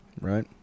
Right